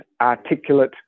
articulate